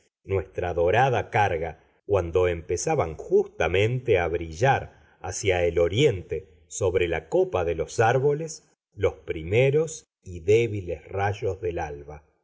nuestra dorada carga cuando empezaban justamente a brillar hacia el oriente sobre la copa de los árboles los primeros y débiles rayos del alba